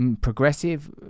progressive